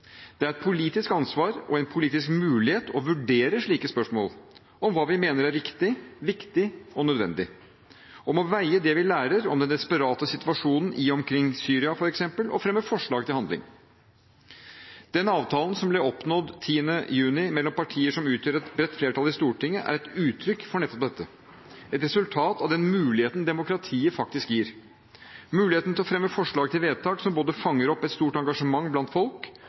Det er et politisk ansvar og en politisk mulighet å vurdere slike spørsmål om hva vi mener er riktig, viktig og nødvendig, å veie det vi lærer om den desperate situasjonen i og omkring Syria, f.eks., og fremme forslag til handling. Den avtalen som ble oppnådd 10. juni mellom partier som utgjør et bredt flertall i Stortinget, er et uttrykk for nettopp dette – et resultat av den muligheten demokratiet faktisk gir: Muligheten til å fremme forslag til vedtak som både fanger opp et stort engasjement blant folk,